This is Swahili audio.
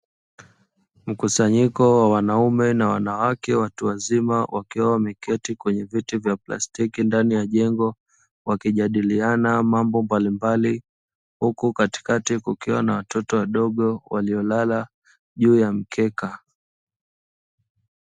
Mkusanyiko wa wanaume na wanawake watu wazima wakiwa wameketi kwenye viti vya plastiki ndani ya jengo wakijadiliana mambo mbalimbali, huku katikati kukiwa na watoto wadogo waliolala juu ya mkeka.